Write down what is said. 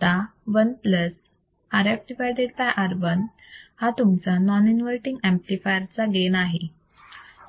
आता 1 Rf Ri हा तुमचा नॉन इन्वर्तींग ऍम्प्लिफायर चा गेन आहे